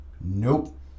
nope